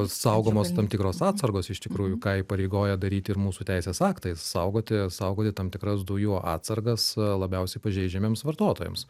saugomos tam tikros atsargos iš tikrųjų ką įpareigoja daryt ir mūsų teisės aktai saugoti saugoti tam tikras dujų atsargas labiausiai pažeidžiamiems vartotojams